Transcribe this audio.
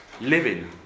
Living